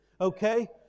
okay